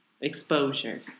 exposure